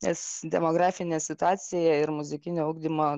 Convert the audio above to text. nes demografinė situacija ir muzikinio ugdymo